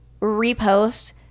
repost